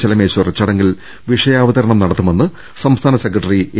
ചെലമേശ്വർ ചടങ്ങിൽ വിഷയാവതരണം നട ത്തുമെന്ന് സംസ്ഥാന സെക്രട്ടറി എ